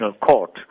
Court